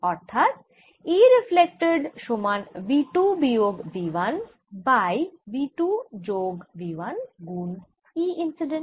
অর্থাৎ E reflected সমান v 2 বিয়োগ v 1 বাই v 2 যোগ v 1 গুন E ইন্সিডেন্ট